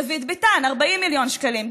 דוד ביטן 40 מיליון שקלים,